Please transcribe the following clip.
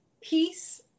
peace